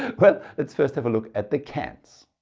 well, let's first have a look at the cans,